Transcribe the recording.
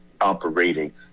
operating